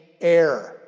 air